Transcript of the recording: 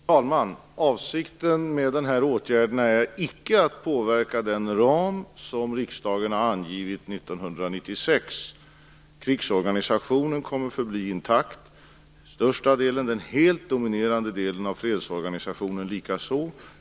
Fru talman! Avsikten med den här åtgärden är icke att påverka den ram som riksdagen har angivit 1996. Krigsorganisationen kommer till största delen att förbli intakt, den helt dominerande delen av fredsorganisationen likaså.